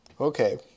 Okay